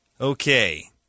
Okay